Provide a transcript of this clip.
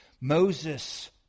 Moses